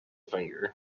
finger